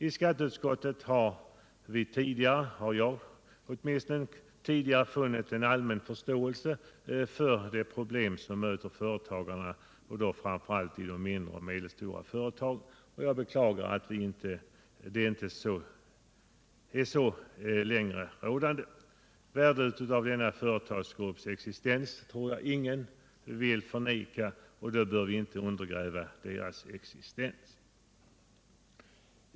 I skatteutskottet har jag tidigare funnit en allmän förståelse för de problem som möter företagarna, framför allt i de mindre och medelstora företagen, och jag beklagar att det tillståndet inte längre är rådande. Denna företagsgrupps värde tror jag ingen vill förneka, och då bör vi inte heller undergräva dess existens.